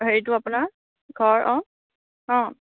হেৰিটো আপোনাৰ ঘৰ অ' অ'